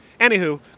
Anywho